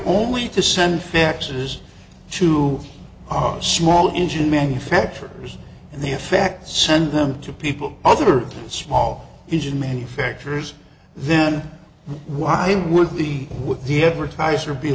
only to send faxes to our small engine manufacturers and the effects send them to people other small engine manufacturers then why would the with the advertiser be